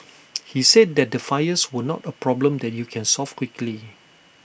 he said that the fires were not A problem that you can solve quickly